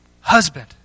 husband